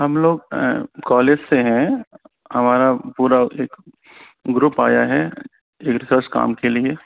हम लोग कॉलेज से हैं हमारा पूरा एक ग्रुप आया है रिसर्च काम के लिए